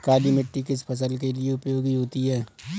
काली मिट्टी किस फसल के लिए उपयोगी होती है?